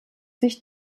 sich